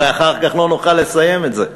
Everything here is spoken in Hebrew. הרי אחר כך לא נוכל לסיים את זה.